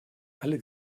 alle